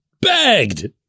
bagged